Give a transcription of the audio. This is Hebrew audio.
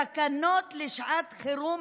תקנות לשעת חירום,